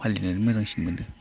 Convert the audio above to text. फालिनानै मोजांसिन मोनदों